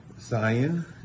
Zion